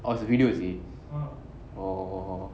oh is the video is it oh